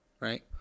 right